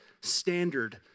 standard